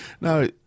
No